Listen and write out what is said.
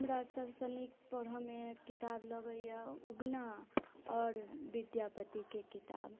हमरा सबसे नीक पढऽ मे किताब लगैया उगना आओर विद्यापति के किताब